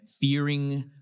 fearing